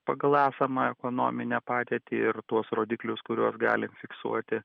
pagal esamą ekonominę padėtį ir tuos rodiklius kuriuos galim fiksuoti